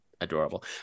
adorable